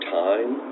time